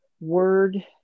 word